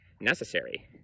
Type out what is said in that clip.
necessary